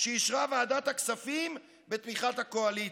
שאישרה ועדת הכספים בתמיכת הקואליציה: